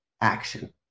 action